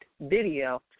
video